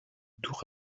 tour